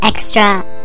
Extra